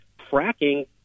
fracking